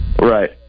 Right